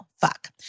Fuck